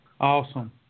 Awesome